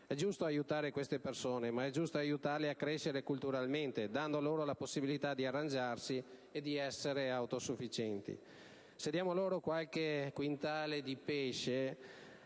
È giusto aiutare queste persone, ma è giusto aiutarle a crescere culturalmente dando loro la possibilità di arrangiarsi e di essere autosufficienti. Se diamo loro qualche quintale di pesce